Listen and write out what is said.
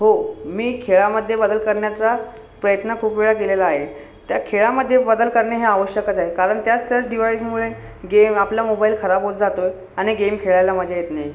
हो मी खेळामध्ये बदल करण्याचा प्रयत्न खूप वेळा केलेला आहे त्या खेळामध्ये बदल करणे हे आवश्यकच आहे कारण त्याच त्याच डिव्हाइसमुळे गेम आपला मोबाइल खराब होत जातो आणि गेम खेळायला मजा येत नाही